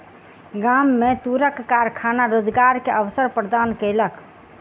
गाम में तूरक कारखाना रोजगार के अवसर प्रदान केलक